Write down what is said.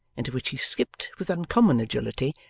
into which he skipped with uncommon agility,